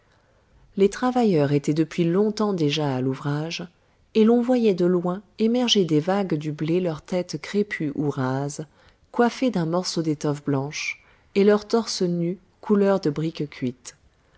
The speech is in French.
les travailleurs étaient depuis longtemps déjà à l'ouvrage et l'on voyait de loin émerger des vagues du blé leur tête crépue ou rase coiffée d'un morceau d'étoffe blanche et leur torse nu couleur de brique cuite